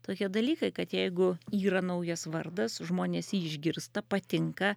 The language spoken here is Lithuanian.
tokie dalykai kad jeigu yra naujas vardas žmonės jį išgirsta patinka